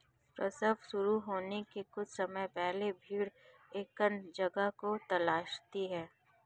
प्रसव शुरू होने के कुछ समय पहले भेड़ एकांत जगह को तलाशती है